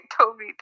Toby